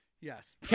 Yes